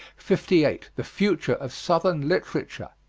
fifty eight. the future of southern literature.